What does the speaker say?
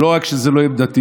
לא רק שזאת לא עמדתי,